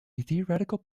theoretical